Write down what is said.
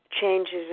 changes